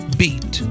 beat